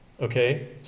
Okay